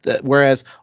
whereas